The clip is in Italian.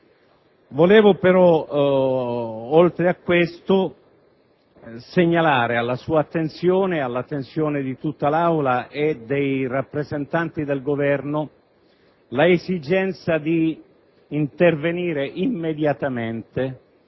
Volevo però, oltre a questo, segnalare alla sua attenzione e all'attenzione di tutta l'Assemblea e dei rappresentanti del Governo l'esigenza di intervenire immediatamente